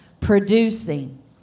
producing